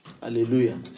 Hallelujah